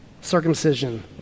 Circumcision